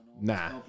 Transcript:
Nah